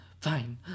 fine